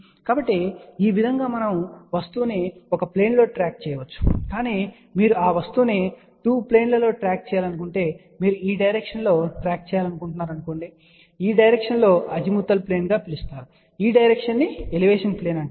కాబట్టి ఈ విధంగా మనము వస్తువును ఒకే ప్లేన్ లో ట్రాక్ చేయవచ్చు కానీ మీరు ఆ వస్తువును 2 ప్లేన్ ల లో ట్రాక్ చేయాలనుకుంటే మీరు ఈ డైరెక్షన్ లో ట్రాక్ చేయాలనుకుంటున్నారు అలాగే ఈ డైరెక్షన్ ను అజిముత్ ప్లేన్ గా పిలుస్తారు మరియు ఈ డైరెక్షన్ ని ఎలివేషన్ ప్లేన్ అంటారు